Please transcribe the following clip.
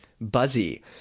buzzy